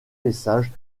messages